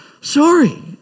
Sorry